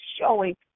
showing